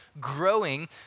growing